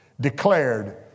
declared